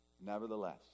Nevertheless